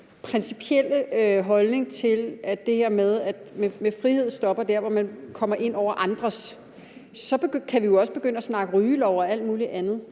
her principielle holdning til, at frihed stopper der, hvor man kommer ind over andres frihed, kan vi jo også begynde at snakke rygelov og alt mulig andet.